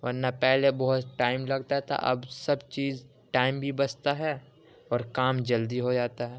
ورنہ پہلے بہت ٹائم لگتا تھا اب سب چیز ٹائم بھی بچتا ہے اور کام جلدی ہو جاتا ہے